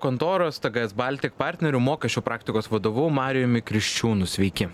kontoros tges baltik partneriu mokesčių praktikos vadovu marijumi kriščiūnu sveiki